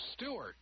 Stewart